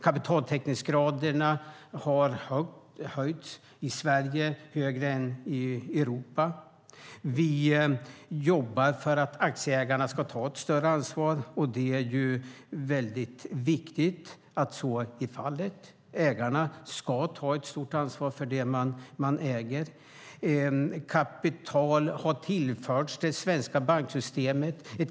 Kapitaltäckningsgraderna har höjts i Sverige. De är högre än i Europa. Vi jobbar för att aktieägarna ska ta ett större ansvar. Det är viktigt. Ägarna ska ta ett stort ansvar för vad de äger. Kapital har tillförts det svenska banksystemet.